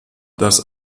das